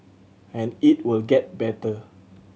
and it will get better